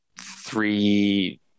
three